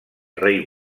rei